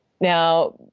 Now